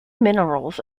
minerals